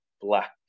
black